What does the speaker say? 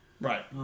right